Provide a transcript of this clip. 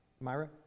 Myra